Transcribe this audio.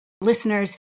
listeners